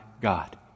God